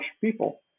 people